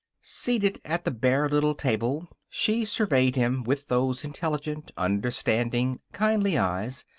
seated at the bare little table, she surveyed him with those intelligent, understanding, kindly eyes,